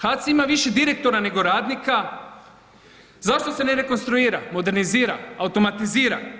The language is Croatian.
HAC ima više direktora nego radnika, zašto se ne rekonstruira, modernizira, automatizira?